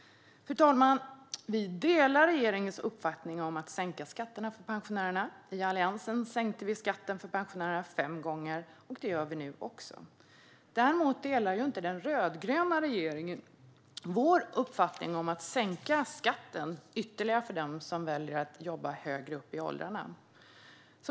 Fru talman! Vi delar regeringens uppfattning om att sänka skatterna för pensionärerna. I Alliansen sänkte vi skatten för pensionärerna fem gånger. Det gör vi nu också. Däremot delar inte den rödgröna regeringen vår uppfattning om att sänka skatten ytterligare för dem som väljer att jobba högre upp i åldrarna.